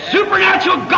Supernatural